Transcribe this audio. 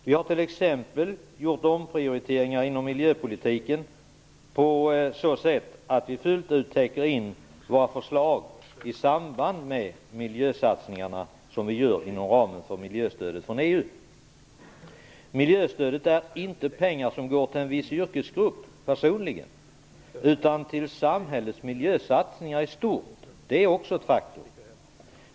Vi har t.ex. gjort omprioriteringar inom miljöpolitiken så att vi fullt ut täcker in våra förslag i samband med de miljösatsningar som vi gör inom ramen för miljöstödet från EU. Miljöstödet är inte pengar som går till en viss yrkesgrupp utan till samhällets miljösatsningar i stort. Det är också ett faktum.